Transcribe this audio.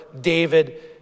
David